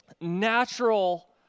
natural